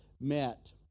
met